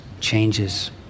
changes